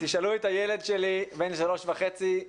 תשאלו את הילד שלי בן שלוש וחצי.